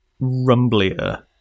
rumblier